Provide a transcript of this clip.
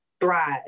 thrive